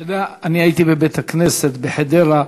אתה יודע, אני הייתי בבית-הכנסת בחדרה,